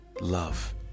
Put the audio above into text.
love